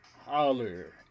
Holler